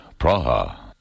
Praha